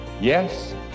Yes